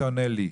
אתה עונה לי.